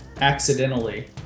accidentally